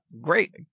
great